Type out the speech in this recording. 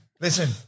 listen